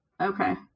Okay